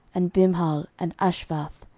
and bimhal, and ashvath.